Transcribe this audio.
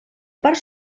part